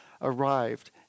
arrived